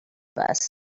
bus